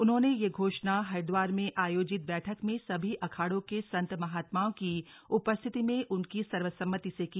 उन्होंने यह घोषणा हरिद्वार में आयोजित बैठक में सभी अखाड़ों के संत महात्माओं की उपस्थिति में उनकी सर्वसम्मति से की